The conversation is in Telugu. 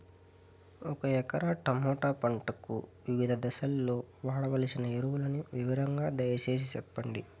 ఒక ఎకరా టమోటా పంటకు వివిధ దశల్లో వాడవలసిన ఎరువులని వివరంగా దయ సేసి చెప్పండి?